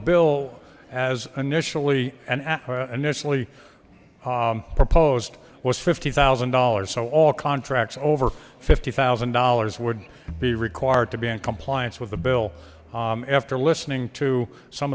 bill as initially an initially proposed was fifty thousand dollars so all contracts over fifty thousand dollars would be required to be in compliance with the bill after listening to some